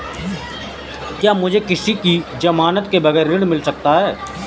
क्या मुझे किसी की ज़मानत के बगैर ऋण मिल सकता है?